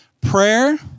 Prayer